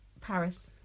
Paris